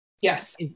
Yes